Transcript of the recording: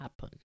happen